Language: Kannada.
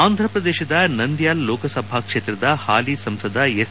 ಆಂಧ್ರಪ್ರದೇಶದ ನಂದ್ವಾಲೆ ಲೋಕಸಭಾ ಕ್ಷೇತ್ರದ ಹಾಲಿ ಸಂಸದ ಎಸ್